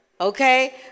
Okay